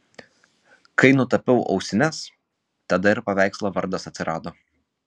kai nutapiau ausines tada ir paveikslo vardas atsirado